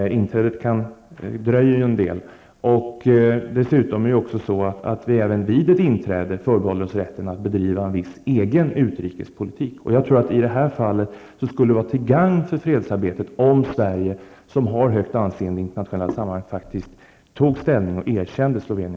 Inträdet kommer att dröja. Även efter ett inträde kommer vi att förbehålla oss rätten att bedriva en viss egen utrikespolitik. Jag tror att det i detta fall skulle vara till gagn för fredsarbetet om Sverige, som har högt anseende i internationella sammanhang, faktiskt tog ställning och erkände